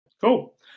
Cool